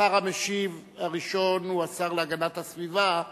השר המשיב הראשון הוא השר להגנת הסביבה.